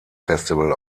festival